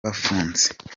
bafunze